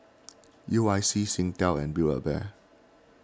U I C Singtel and Build A Bear